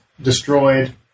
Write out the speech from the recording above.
destroyed